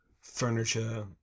furniture